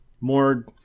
more